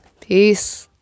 Peace